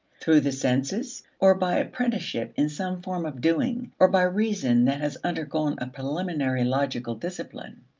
through the senses, or by apprenticeship in some form of doing, or by reason that has undergone a preliminary logical discipline?